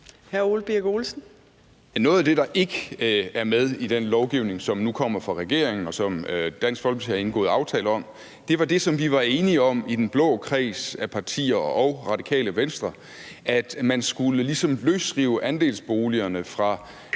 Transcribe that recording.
Noget af det, der ikke er med i den lovgivning, som nu kommer fra regeringens side, og som Dansk Folkeparti har indgået aftale om, var det, som vi var enige om i den blå kreds af partier og Radikale Venstre, nemlig at man skulle ligesom løsrive andelsboligerne fra